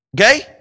Okay